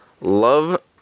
Love